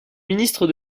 ministre